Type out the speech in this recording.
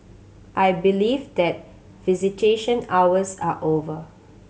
I believe that visitation hours are over